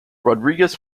rodriguez